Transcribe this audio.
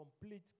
complete